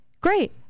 great